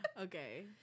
okay